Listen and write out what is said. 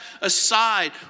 aside